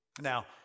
Now